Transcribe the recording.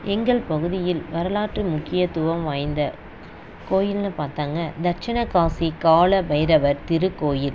எங்கள் பகுதியில் வரலாற்று முக்கியத்துவம் வாய்ந்த கோயில்னு பார்த்தாங்க தட்சிணகாசி காலபைரவர் திருக்கோயில்